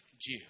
Jew